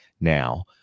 now